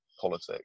politics